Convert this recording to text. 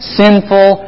sinful